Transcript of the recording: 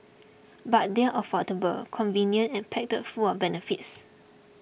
but they are affordable convenient and packed full of benefits